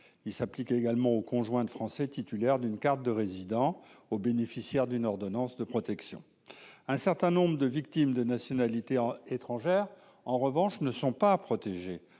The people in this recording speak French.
il s'applique également aux conjoints de Français titulaires d'une carte de résident aux bénéficiaires d'une ordonnance de protection, un certain nombre de victimes de nationalité en étrangère en revanche ne sont pas protégés